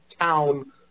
town